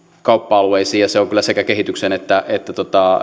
kauppa alueisiin ja se on kyllä sekä kehityksen että että